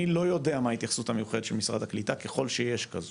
אני לא יודע מה היא ההתייחסות המיוחדת של משרד הקליטה ככל שיש כזו.